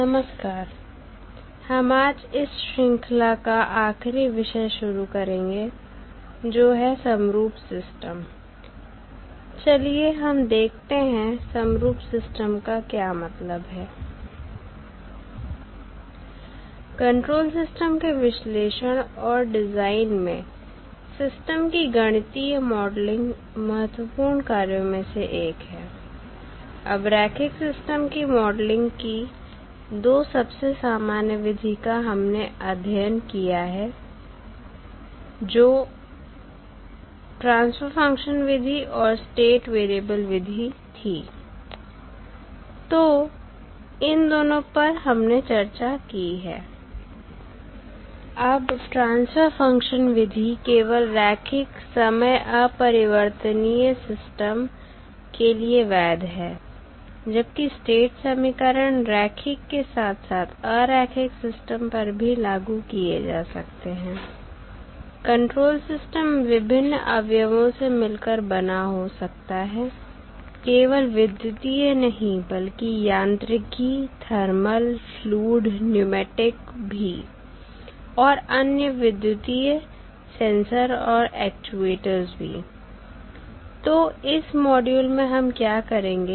नमस्कार हम आज इस श्रृंखला का आखिरी विषय शुरू करेंगे जो है समरूप सिस्टम चलिए हम देखते हैं समरूप सिस्टम का क्या मतलब है कंट्रोल सिस्टम के विश्लेषण और डिजाइन में सिस्टम की गणितीय मॉडलिंग महत्वपूर्ण कार्यों में से एक है अब रैखिक सिस्टम की मॉडलिंग की दो सबसे सामान्य विधि का हमने अध्ययन किया है जो ट्रांसफर फंक्शन विधि और स्टेट वेरिएबल विधि थी तो इन दोनों पर हमने चर्चा की है अब ट्रांसफर फंक्शन विधि केवल रैखिक समय अपरिवर्तनीय सिस्टम के लिए वैध है जबकि स्टेट समीकरण रैखिक के साथ साथ अरैखिक सिस्टम पर भी लागू किए जा सकते हैं कंट्रोल सिस्टम विभिन्न अवयवों से मिलकर बना हो सकता है केवल विद्युतीय नहीं बल्कि यांत्रिकी थर्मल फ्लूड न्यूमेटिक भी और अन्य विद्युतीय सेंसर और एक्चुएटर्स भी तो इस मॉड्यूल में हम क्या करेंगे